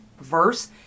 verse